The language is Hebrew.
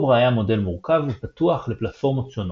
CORBA היה מודל מורכב ופתוח לפלטפורמות שונות.